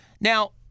Now